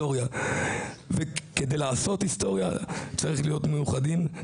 הפסיכיאטריה בתל השומר שסוגרים אותך בחדר לארבע שעות כדי להיכנס לבית